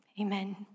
Amen